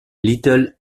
little